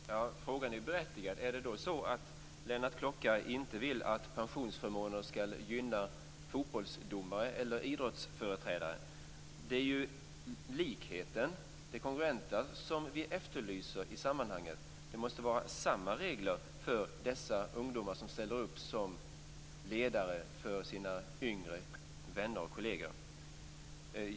Fru talman! Frågan är berättigad. Är det så att Lennart Klockare inte vill att pensionsförmåner skall gynna fotbollsdomare eller idrottsföreträdare? Det är ju likheten som vi efterlyser i sammanhanget. Det måste vara samma regler som gäller för dessa ungdomar som ställer upp som ledare för sina yngre vänner och kolleger.